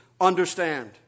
understand